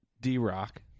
D-Rock